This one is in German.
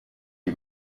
die